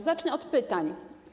Zacznę od pytań.